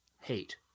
hate